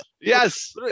Yes